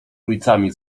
ulicami